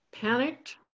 panicked